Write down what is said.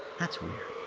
that's weird.